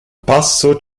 passo